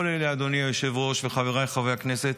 אדוני היושב-ראש וחבריי חברי הכנסת,